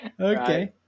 Okay